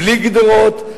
בלי גדרות.